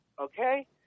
okay